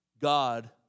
God